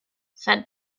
said